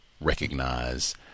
recognize